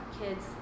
kids